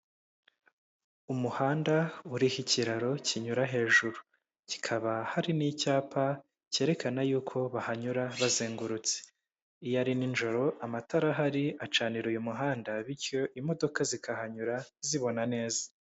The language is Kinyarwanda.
Umuhanda uriho ikiraro kinyura hejuru kikaba hari n'icyapa cyerekana yuko bahanyura bazengurutse, iyo ari nijoro amatara ahari acanira uyu muhanda bityo imodoka zikahanyura zibona neza.